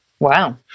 Wow